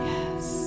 Yes